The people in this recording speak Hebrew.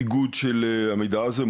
איגוד של המידע הזה,